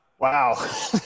wow